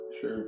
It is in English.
Sure